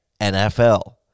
NFL